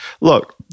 look